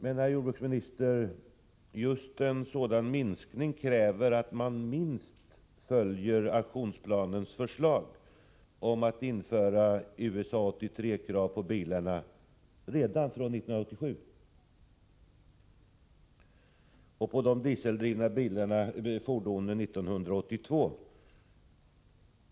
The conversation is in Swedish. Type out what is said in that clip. Men, herr jordbruksminister, just en sådan minskning kräver att man åtminstone följer aktionsplanens förslag om att införa USA:s 83-krav på bilarna redan från 1987 och på de dieseldrivna fordonen från 1992.